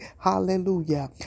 Hallelujah